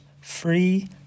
free